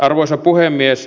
arvoisa puhemies